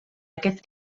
aquest